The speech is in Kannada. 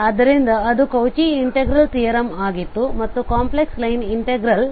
ಆದ್ದರಿಂದ ಅದು ಕೌಚಿ ಇಂಟಿಗ್ರೇಲ್ ತಿಯರಮ್ಆಗಿತ್ತು ಮತ್ತು ಕಾಂಪ್ಲೆಕ್ಸ್ ಲೈನ್ ಇನ್ಟೆಗ್ರಲ್ಸ್